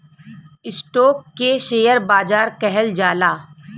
stock के share बाजार कहल जाला